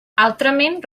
altrament